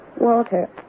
Walter